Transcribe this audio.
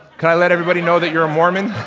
kind of let everybody know that you're a mormon?